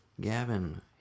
Gavin